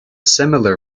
similar